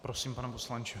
Prosím, pane poslanče.